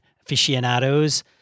aficionados